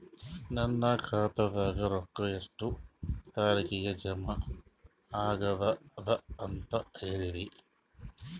ನನ್ನ ಖಾತಾದಾಗ ರೊಕ್ಕ ಎಷ್ಟ ತಾರೀಖಿಗೆ ಜಮಾ ಆಗತದ ದ ಅಂತ ಹೇಳರಿ?